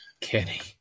Kenny